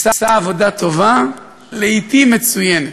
עושה עבודה טובה, לעתים מצוינת.